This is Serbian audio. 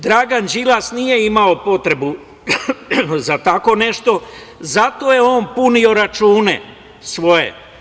Dragan Đilas nije imao potrebu za tako nešto i zato je on punio račune svoje.